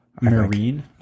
Marine